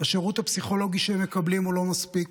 השירות הפסיכולוגי שהם מקבלים לא מספיק.